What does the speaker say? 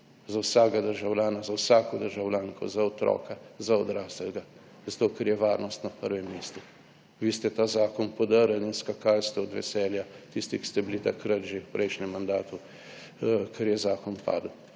za vsakega državljana, za vsako državljanko, za otroka, za odraslega, zato ker je varnost na prvem mestu. Vi ste ta zakon podrli in skakali ste od veselja tisti, ki ste bili takrat že v prejšnjem mandatu, ker je zakon padel,